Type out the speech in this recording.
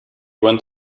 went